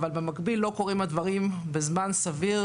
אבל במקביל הדברים לא קורים בזמן סביר,